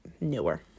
newer